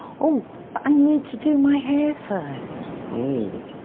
oh, but i need to do my hair first. oh.